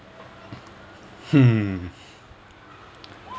hmm